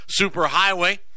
superhighway